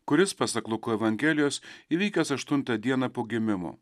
kuris pasak luko evangelijos įvykęs aštuntą dieną po gimimo